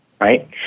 right